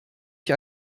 ich